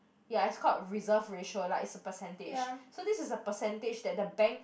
ya it's called reserve ratio like it's a percentage so this is a percentage that the bank